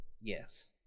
Yes